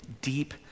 deep